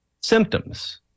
symptoms